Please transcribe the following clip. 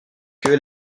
que